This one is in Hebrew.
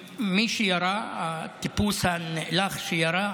מי שירה, הטיפוס הנאלח שירה,